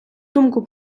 думку